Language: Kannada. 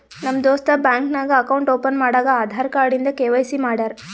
ನಮ್ ದೋಸ್ತ ಬ್ಯಾಂಕ್ ನಾಗ್ ಅಕೌಂಟ್ ಓಪನ್ ಮಾಡಾಗ್ ಆಧಾರ್ ಕಾರ್ಡ್ ಇಂದ ಕೆ.ವೈ.ಸಿ ಮಾಡ್ಯಾರ್